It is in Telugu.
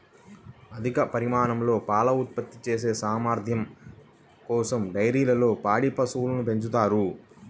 అధిక పరిమాణంలో పాలు ఉత్పత్తి చేసే సామర్థ్యం కోసం డైరీల్లో పాడి పశువులను పెంచుతారు